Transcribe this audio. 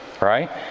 Right